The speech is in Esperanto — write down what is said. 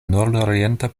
nordorienta